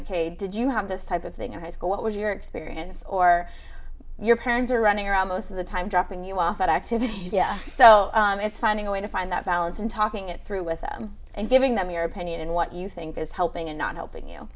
ok did you have this type of thing in high school what was your experience or your parents were running around most of the time dropping you off that activity so it's finding a way to find that balance and talking it through with them and giving them your opinion on what you think is helping and not helping you